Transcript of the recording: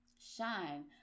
shine